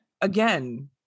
again